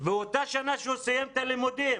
באותה שנה שהוא סיים את הלימודים,